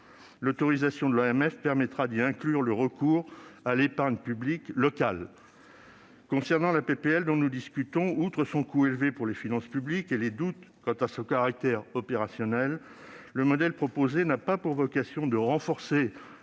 L'autorisation accordée par l'AMF permettra d'y inclure le recours à l'épargne publique locale. Concernant la proposition de loi que nous examinons, outre son coût élevé pour les finances publiques et les doutes quant à son caractère opérationnel, le modèle proposé n'a pas pour vocation de renforcer